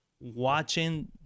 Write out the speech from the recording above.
watching